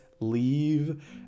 leave